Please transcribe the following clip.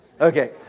Okay